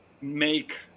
make